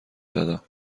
زدم